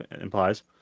implies